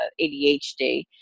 ADHD